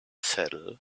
saddle